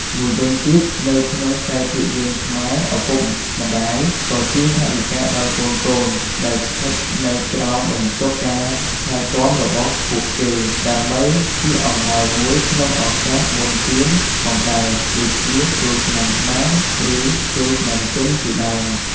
មួយវិញទៀត នៅក្នុងភាពយន្តខ្មែរ ឪពុកម្ដាយក៏ជូនថវិកាដល់កូនៗដែលស្ថិតនៅក្រោមបន្ទុកការថែទាំរបស់ពួកគេ ដើម្បីជាអំណោយមួយក្នុងឱកាសបុណ្យទាន ផងដែរ ដូចជា ចូលឆ្នាំខ្មែរ ឬ ចូលឆ្នាំចិនជាដើម។